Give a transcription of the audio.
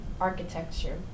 architecture